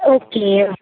okay